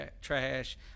trash